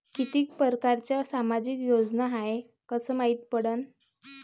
कितीक परकारच्या सामाजिक योजना हाय कस मायती पडन?